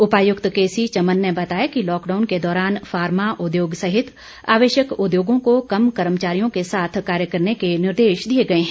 उपायुक्त K C Chaman ने बताया कि लॉकडाउन के दौरान फार्मा उद्योग सहित आवश्यक उद्योगो को कम कर्मचारियो के साथ कार्य करने के निर्देश दिए गए हैं